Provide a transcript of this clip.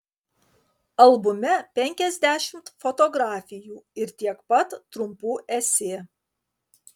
albume penkiasdešimt fotografijų ir tiek pat trumpų esė